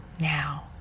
Now